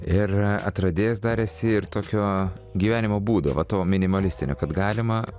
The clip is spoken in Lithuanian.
ir atradėjas dar esi ir tokio gyvenimo būdo va to minimalistinio kad galima